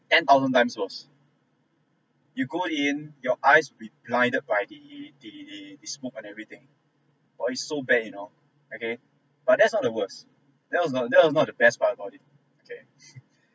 ten thousand times worst you go in your eyes with blinded by the the the smoke and everything but it's so bad you know okay but that's not the worst that was not that was not the best part about it okay